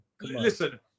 Listen